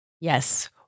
Yes